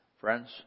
Friends